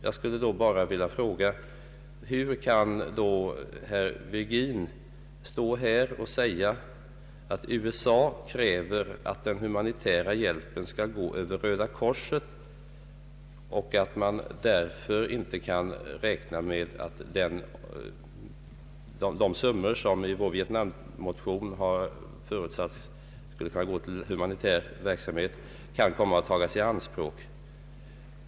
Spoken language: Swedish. Jag skulle då bara vilja fråga hur herr Virgin under sådana förhållanden här kan säga att USA kräver att den humanitära hjälpen skall gå över Röda korset och att man därför inte kan räkna med att de medel som i vår Vietnammotion har förutsatts skulle kunna gå till humanitär verksamhet kan komma att tas i anspråk.